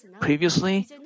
Previously